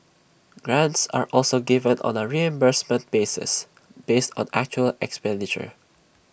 grants are also given on A reimbursement basis based on actual expenditure